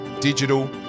digital